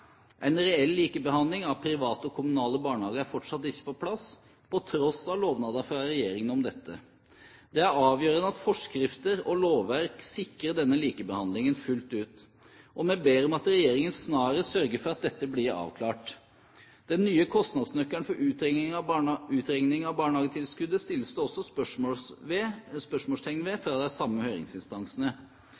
En reell likebehandling av private og kommunale barnehager er fortsatt ikke på plass, på tross av lovnader fra regjeringen om dette. Det er avgjørende at forskrifter og lovverk sikrer denne likebehandlingen fullt ut, og vi ber om at regjeringen snarest sørger for at dette blir avklart. Den nye kostnadsnøkkelen for utregning av barnehagetilskuddet settes det også spørsmålstegn ved